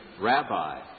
Rabbi